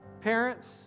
Parents